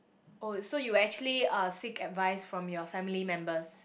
oh so you would actually uh seek advice from your family members